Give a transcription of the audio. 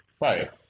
right